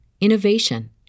innovation